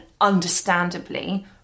understandably